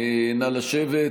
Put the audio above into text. נא לשבת.